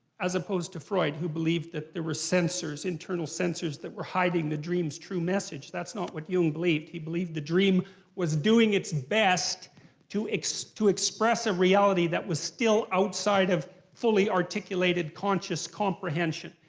as opposed to freud, who believed that there were sensors, internal sensors that were hiding the dream's true message. that's not what jung believed, he believed the dream was doing its best to express to express a reality that was still outside of fully articulated conscious comprehension.